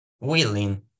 willing